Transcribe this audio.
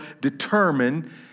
determine